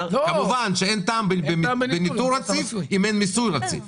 כמובן שאין טעם בניטור רציף אם אין מיסוי רציף.